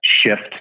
shift